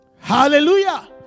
hallelujah